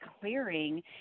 clearing